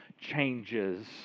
changes